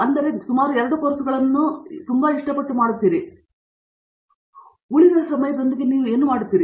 ಆದರೆ ಈಗ ನೀವು ಸುಮಾರು 2 ಕೋರ್ಸುಗಳಂತೆಯೇ ಮಾಡುತ್ತಿದ್ದೀರಿ ಉಳಿದ ಸಮಯದೊಂದಿಗೆ ನೀವು ಏನು ಮಾಡುತ್ತೀರಿ